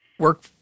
work